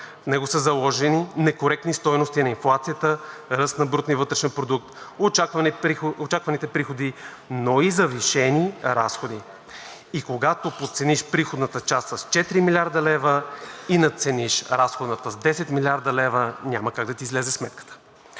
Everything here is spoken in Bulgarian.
В него са заложени некоректни стойности на инфлацията, ръст на брутния вътрешен продукт, очакваните приходи, но и завишени разходи. И когато подцениш приходната част с 4 млрд. лв. и надцениш разходната с 10 млрд. лв., няма как да ти излезе сметката.